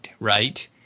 right